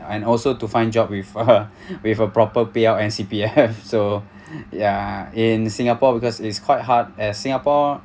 and also to find job with a with a proper payout and C_P_F so ya in singapore because is quite hard as singapore